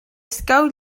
escau